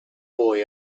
boy